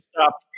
Stop